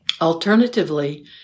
Alternatively